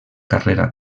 carrera